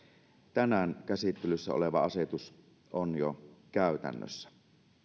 tänään käsittelyssä oleva asetus on jo käytännössä